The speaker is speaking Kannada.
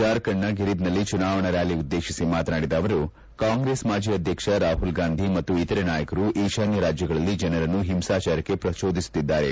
ಜಾರ್ಖಂಡ್ನ ಗಿರ್ದ್ನಲ್ಲಿ ಚುನಾವಣಾ ರ್ಕಾಲಿ ಉದ್ದೇಶಿಸಿ ಮಾತನಾಡಿದ ಅವರು ಕಾಂಗ್ರೆಸ್ ಮಾಜಿ ಅಧ್ಯಕ್ಷ ರಾಪುಲ್ ಗಾಂಧಿ ಮತ್ತು ಇತರೆ ನಾಯಕರು ಈಶಾನ್ಯ ರಾಜ್ಯಗಳಲ್ಲಿ ಜನರನ್ನು ಹಿಂಸಾಚಾರಕ್ಕೆ ಪ್ರಚೋದಿಸುತ್ತಿದ್ದಾರೆ